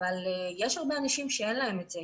אבל יש הרבה אנשים שאין להם את זה.